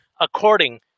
according